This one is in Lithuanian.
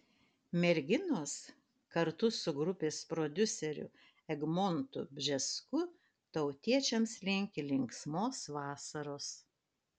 merginos kartu su grupės prodiuseriu egmontu bžesku tautiečiams linki linksmos vasaros